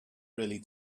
really